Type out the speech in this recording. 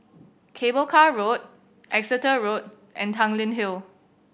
Cable Car Road Exeter Road and Tanglin Hill